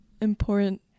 important